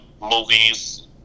movies